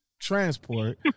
transport